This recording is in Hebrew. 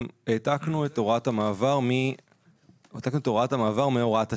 העתקנו את הוראת המעבר מהוראת השעה.